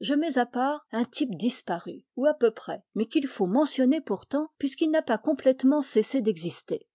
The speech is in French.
je mets à part un type disparu ou à peu près mais qu'il faut mentionner pourtant puisqu'il n'a pas complètement cessé d'exister